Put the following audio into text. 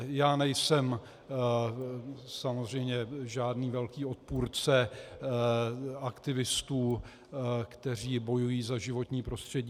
Já nejsem samozřejmě žádný velký odpůrce aktivistů, kteří bojují za životní prostředí.